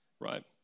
right